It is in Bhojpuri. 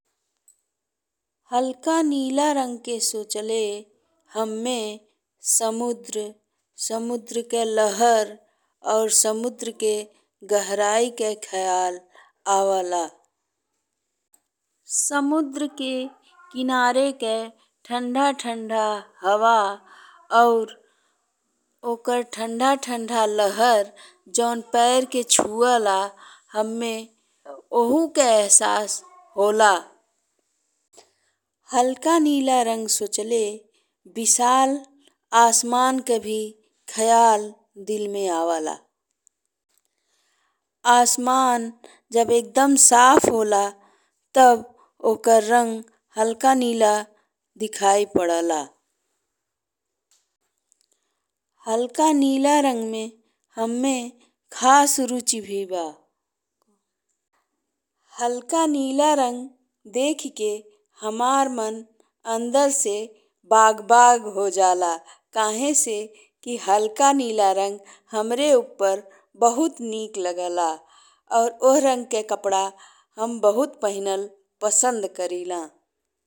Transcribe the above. हल्का नीला रंग के सोचले हम्मे समुंद्र, समुंद्र के लहर और समुंद्र के गहराई के खयाल आवेला। समुंद्र के किनारे के ठंडा ठंडा हवा और ओकर ठंडा ठंडा लहर जौन पैर के छुओला हम्मे ओहु के एहसास होला। हल्का नीला रंग सोचले विशाल आसमान के भी खयाल दिल में आवेला। आसमान जब एकदम साफ होला तब ओकर रंग हल्का नीला दिखाई पड़ेला। हल्का नीला रंग में हम्मे खास रुचि भी बा। हल्का नीला रंग देखिके हमार मन अंदर से बाग-बाग हो जाला कहे से कि हल्का नीला रंग हमरे ऊपर बहुत नीक लागेला और ओह रंग के कपड़ा हम बहुत पहिरल पसंद करिला।